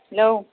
hello